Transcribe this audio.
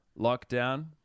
lockdown